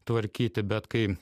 tvarkyti bet kai